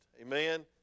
amen